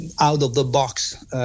out-of-the-box